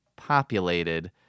populated